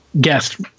guest